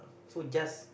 so just